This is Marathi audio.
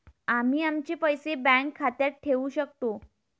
आम्ही आमचे पैसे बँक खात्यात ठेवू शकतो